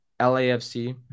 LAFC